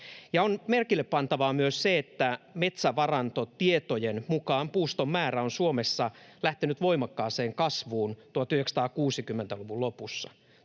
on merkillepantavaa myös se, että metsävarantotietojen mukaan puuston määrä on Suomessa lähtenyt voimakkaaseen kasvuun 1960-luvun lopussa.